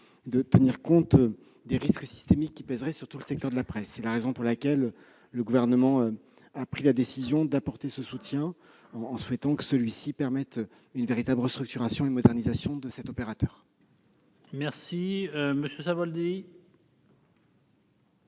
de tenir compte du risque systémique qui concernerait tout le secteur de la presse. C'est la raison pour laquelle le Gouvernement a pris la décision d'apporter ce soutien en souhaitant que celui-ci permette une véritable restructuration et modernisation de l'opérateur. La parole